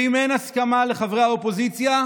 ואם אין הסכמה של חברי האופוזיציה,